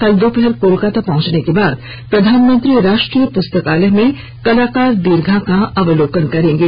कल दोपहर कोलकाता पहुंचने के बाद प्रधानमंत्री राष्ट्रीय पुस्तकालय में कलाकार दीर्घा का अवलोकन करेंगे